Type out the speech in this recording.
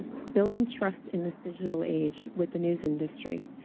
ah building trust in this digital age with the news industry.